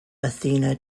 athena